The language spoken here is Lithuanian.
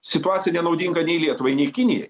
situacija nenaudinga nei lietuvai nei kinijai